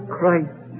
Christ